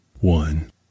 One